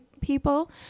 people